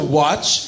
watch